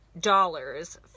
dollars